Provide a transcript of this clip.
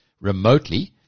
remotely